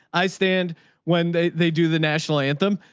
i stand when they they do the national anthem,